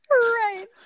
Right